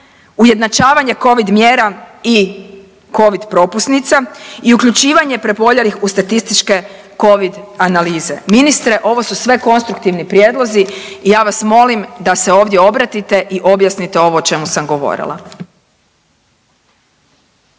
ujednačavanje covid mjera i covid propusnica i uključivanje preboljelih u statističke covid analize. Ministre ovo su sve konstruktivni prijedlozi i ja vas molim da se ovdje obratite i objasnite ovo o čemu sam govorila.